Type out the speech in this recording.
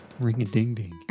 Ring-a-ding-ding